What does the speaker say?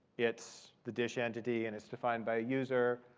it's the dish entity, and it's defined by a user.